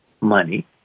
money